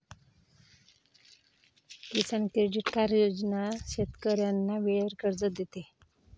किसान credit card योजना शेतकऱ्यांना वेळेवर कर्ज देते